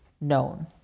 known